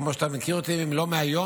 כמו שאתה מכיר אותי לא מהיום,